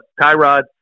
Tyrod